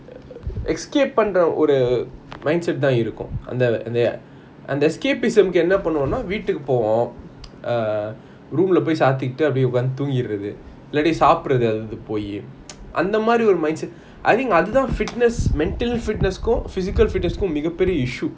escape பண்ற ஒரு: panra oru mindset தான் இருக்கும் அந்த அந்த:thaan irukum antha antha escapism என்ன பண்ணுவோம்னா வீட்டுக்கு போவோம்:enna panuvomna veetuku povom err room lah பொய் சாத்திக்கிட்டு அப்பிடியே தூங்கிடுறது இல்ல சாப்பிடுறது ஏதாவுது பொய்:poi saathikitu apidiyae thungidurathu illa sapdurathu eathavuthu poi அந்த மாறி ஒரு:antha maari oru mindset I think அது தான்:athu thaan fitness mental fitness physical fitness கும் மிக பெரிய:kum miga periya issue